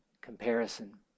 comparison